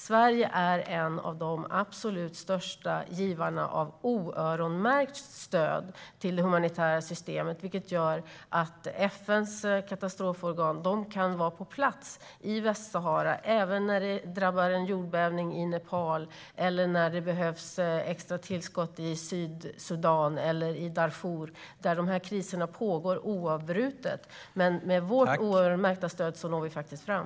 Sverige är en av de absolut största givarna av oöronmärkt stöd till det humanitära systemet, vilket gör att FN:s katastroforgan kan vara på plats i Västsahara även när en jordbävning drabbar Nepal eller när det behövs extra tillskott i Sydsudan eller i Darfur - där dessa kriser pågår oavbrutet. Med vårt oöronmärkta stöd når vi faktiskt fram.